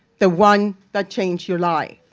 the one that changed your life.